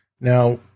Now